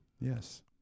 yes